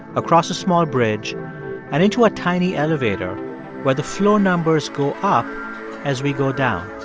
across a small bridge and into a tiny elevator where the floor numbers go up as we go down.